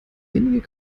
wenige